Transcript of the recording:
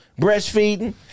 Breastfeeding